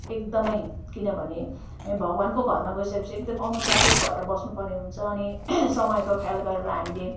एकदमै किनभने भगवान्को घरमा गइसकेपछि एकदम अनुशासित भएर बस्नुपर्ने हुन्छ अनि समयको ख्याल गरेर हामीले